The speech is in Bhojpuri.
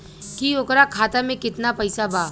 की ओकरा खाता मे कितना पैसा बा?